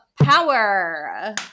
power